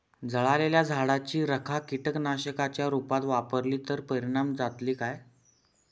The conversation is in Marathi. जळालेल्या झाडाची रखा कीटकनाशकांच्या रुपात वापरली तर परिणाम जातली काय?